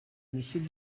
monsieur